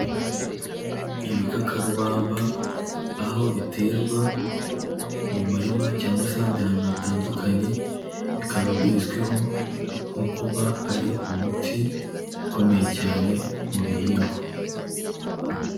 Ibikakarubamba aho biterwa mu murima cyangwa se ahandi ahantu hatandukanye, bikaba bizwiho nko kuba ari umuti ukomeye cyane mu bihingwa.